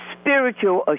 spiritual